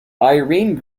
irene